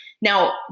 Now